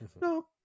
no